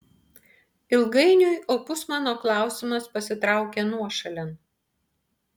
ilgainiui opus mano klausimas pasitraukė nuošalėn